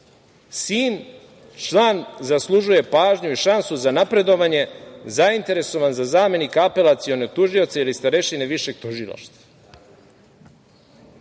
sin član, zaslužuje pažnju i šansu za napredovanje, zainteresovan za zamenika apelacionog tužioca ili starešine Višeg tužilaštva. Sledeći